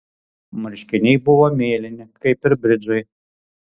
marškiniai buvo mėlyni kaip ir bridžai